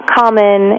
common